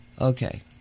Okay